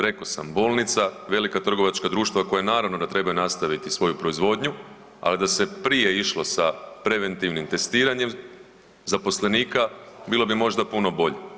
Rekao sam bolnica, velika trgovačka društva koja naravno da trebaju nastaviti svoju proizvodnju, ali da se prije išlo sa preventivnim testiranjem zaposlenika bilo bi možda puno bolje.